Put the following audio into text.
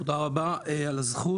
תודה רבה על הזכות.